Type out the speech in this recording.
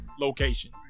Location